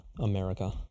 America